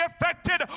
affected